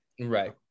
right